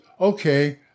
okay